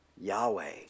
Yahweh